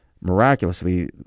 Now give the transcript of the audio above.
Miraculously